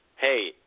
hey